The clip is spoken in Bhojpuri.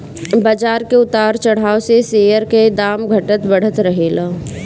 बाजार के उतार चढ़ाव से शेयर के दाम घटत बढ़त रहेला